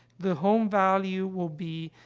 the home value will be,